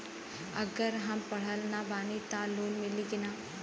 अगर हम पढ़ल ना बानी त लोन मिली कि ना?